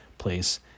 place